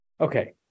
Okay